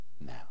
Now